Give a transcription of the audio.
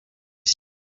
ici